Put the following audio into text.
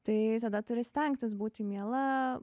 tai tada turi stengtis būti miela